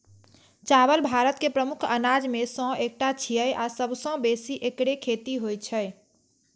चावल भारत के प्रमुख अनाज मे सं एकटा छियै आ सबसं बेसी एकरे खेती होइ छै